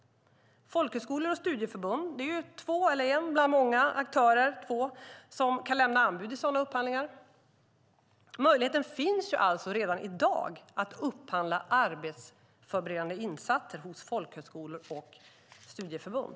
Folkhögskolor och studieförbund är två bland många aktörer som kan lämna anbud i sådana upphandlingar. Möjligheten finns alltså redan i dag att upphandla arbetsförberedande insatser hos folkhögskolor och studieförbund.